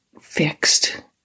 fixed